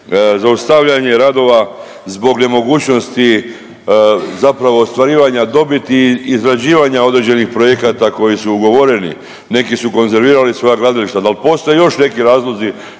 zaustavljanje radova zbog nemogućnosti zapravo ostvarivanja dobiti, izrađivanja određenih projekata koji su ugovoreni. Neki su konzervirali svoja gradilišta. Da li postoje još neki razlozi